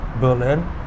Berlin